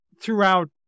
throughout